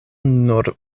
nur